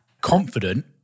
confident